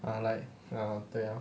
ah like ya 对 ah